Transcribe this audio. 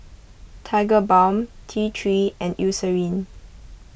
Tigerbalm T three and Eucerin